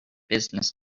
business